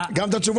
הדירות